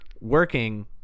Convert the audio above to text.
working